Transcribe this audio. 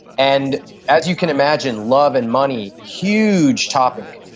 and as you can imagine love and money huge topic.